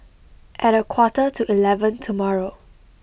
at a quarter to eleven tomorrow